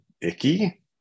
icky